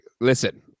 listen